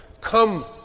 come